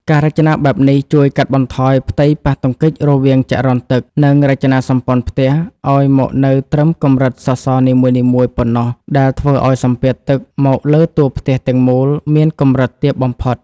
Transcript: ការរចនាបែបនេះជួយកាត់បន្ថយផ្ទៃប៉ះទង្គិចរវាងចរន្តទឹក និងរចនាសម្ព័ន្ធផ្ទះឱ្យមកនៅត្រឹមកម្រិតសសរនីមួយៗប៉ុណ្ណោះ ដែលធ្វើឱ្យសម្ពាធទឹកមកលើតួផ្ទះទាំងមូលមានកម្រិតទាបបំផុត។